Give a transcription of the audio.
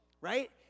right